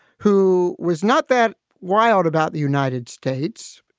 who was not that wild about the united states,